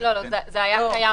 זה היה,